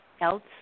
else